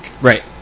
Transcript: Right